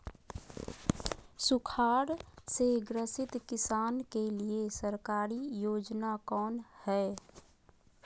सुखाड़ से ग्रसित किसान के लिए सरकारी योजना कौन हय?